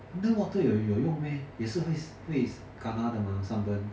underwater 有有用 meh 也是会会 kena 的 mah sunburn